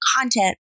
content